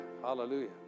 Hallelujah